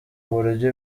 uburyo